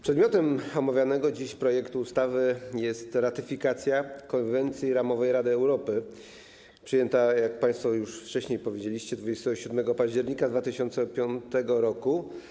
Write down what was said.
Przedmiotem omawianego dziś projektu ustawy jest ratyfikacja konwencji ramowej Rady Europy przyjęta, jak państwo już wcześniej powiedzieliście, 27 października 2005 r.